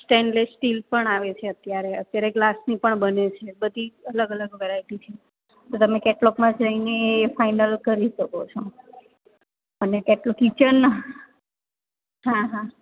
stainless steel પણ આવે છે અત્યારે અત્યારે ગ્લાસની પણ બને છે બધી અલગ અલગ વેરાયટી છે તો તમે કેટલોગમાં જઈને એ ફાઇનલ કરી શકો છો અને તે તો કિચન હા હા